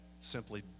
simply